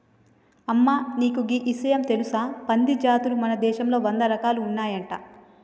అమ్మ నీకు గీ ఇషయం తెలుసా పంది జాతులు మన దేశంలో వంద రకాలు ఉన్నాయంట